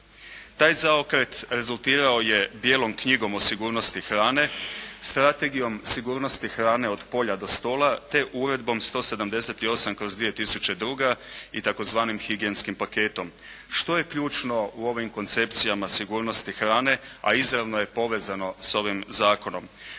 Taj zaokret rezultirao je bijelom knjigom o sigurnosti hrane, Strategijom sigurnosti hrane od polja do stola, te Uredbom 178/2002. i tzv. higijenskim paketom. Što je ključno u ovim koncepcijama sigurnosti hrane, a izravno je povezano s ovim zakonom?